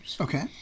Okay